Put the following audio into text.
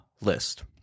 list